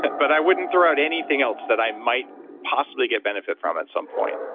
but i wouldn't throw out anything else that i might possibly get benefit from at some point.